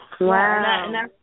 Wow